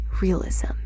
realism